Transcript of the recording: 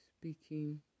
speaking